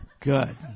good